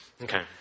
Okay